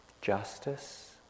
justice